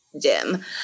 dim